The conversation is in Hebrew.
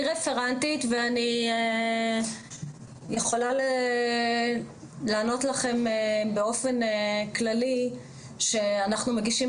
ואני יכולה לענות לכם באופן כללי שאנחנו מגישים